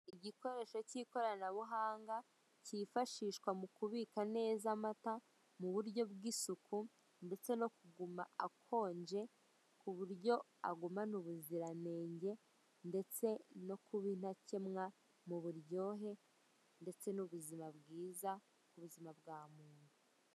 Igikoresho cy'ikoranabuhanga cyifashishwa mu kubika neza amata mu buryo bw'isuku ndetse no kuguma akonje, ku buryo agumana ubuziranenge ndetse no kuba intakemwa mu buryohe, no kugira ubuzima bwiza ku buzima bwa muntu.